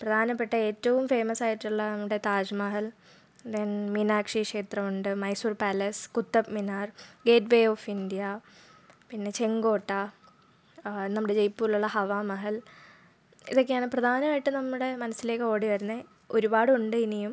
പ്രധാനപ്പെട്ട ഏറ്റവും ഫേമസ് ആയിട്ടുള്ള നമ്മുടെ താജ് മഹൽ മീനാക്ഷി ക്ഷേത്രം ഉണ്ട് Mysore palace Qutub Minar gateway of India പിന്നെ ചെങ്കോട്ട നമ്മുടെ ജയ്പൂരിൽ ഉള്ള ഹവാ മഹൽ ഇതൊക്കെയാണ് പ്രധാനമായിട്ടും നമ്മുടെ മനസ്സിലേക്ക് ഓടി വരുന്ന ഒരുപാടുണ്ട് ഇനിയും